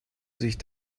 sich